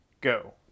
go